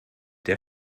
der